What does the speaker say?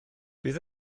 bydd